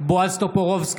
בועז טופורובסקי,